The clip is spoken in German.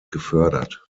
gefördert